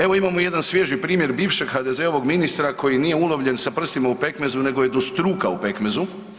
Evo imamo jedan svježi primjer bivšeg HDZ-ovog ministra koji nije ulovljen s prstima u pekmezu nego je do struka u pekmezu.